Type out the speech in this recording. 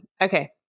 Okay